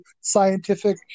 scientific